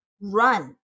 run